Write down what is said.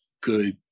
good